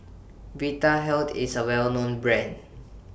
Vitahealth IS A Well known Brand